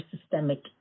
systemic